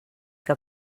que